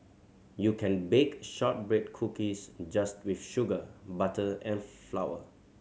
you can bake shortbread cookies just with sugar butter and flour